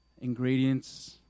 ingredients